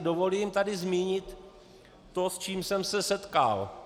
Dovolím si tady zmínit to, s čím jsem se setkal.